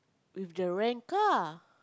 with the rent car